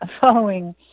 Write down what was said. following